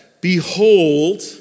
behold